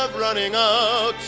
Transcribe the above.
ah running ah out